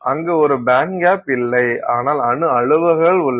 அங்கு ஒரு பேண்ட்கேப் இல்லை ஆனால் அணு அளவுகள் உள்ளன